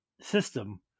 system